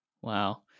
Wow